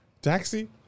taxi